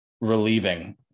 relieving